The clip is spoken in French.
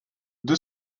deux